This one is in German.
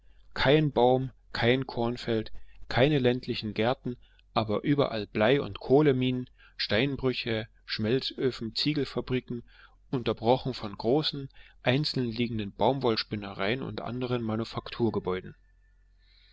kein baum kein kornfeld keine ländlichen gärten aber überall blei und kohlenminen steinbrüche schmelzöfen ziegelfabriken unterbrochen von großen einzeln liegenden baumwollspinnereien und anderen